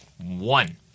one